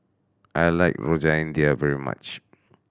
I like Rojak India very much